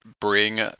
bring